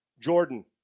Jordan